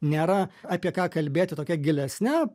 nėra apie ką kalbėti tokia gilesne